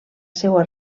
seua